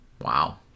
Wow